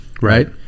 right